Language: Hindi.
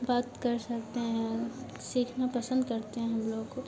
बात कर सकते हैं सीखना पसंद करते हैं हम लोग को